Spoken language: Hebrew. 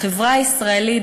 בחברה הישראלית,